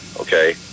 okay